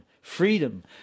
Freedom